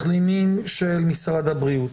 מחלימים של משרד הבריאות.